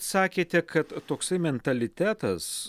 sakėte kad toksai mentalitetas